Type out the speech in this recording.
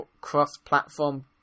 cross-platform